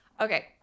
okay